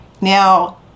now